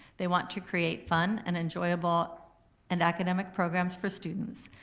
they want to create fun and enjoyable and academic programs for students.